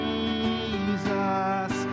Jesus